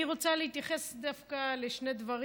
אני רוצה להתייחס דווקא לשני דברים.